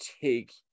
take